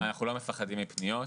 אנחנו לא מפחדים מפניות,